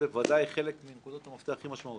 בוודאי חלק מנקודות המפתח הכי משמעותיות.